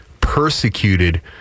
persecuted